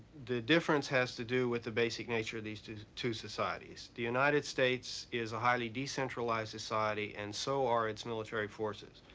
the difference has to do with the basic nature of these two two societies. the united states is a highly decentralized society and so are its military forces.